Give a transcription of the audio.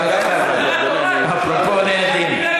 אפרופו ניידים.